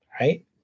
right